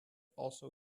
also